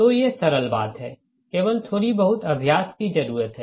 तो ये सरल बात है केवल थोड़ी बहुत अभ्यास की जरुरत हैं